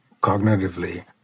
cognitively